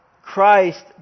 Christ